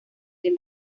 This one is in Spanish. del